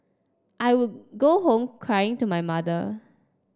I would go home crying to my mother